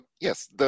yes